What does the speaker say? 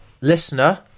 Listener